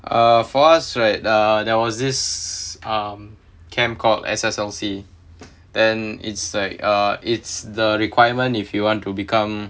uh for us right err there was this um camp called S_S_L_C then it's like err it's the requirement if you want to become